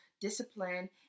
discipline